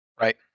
Right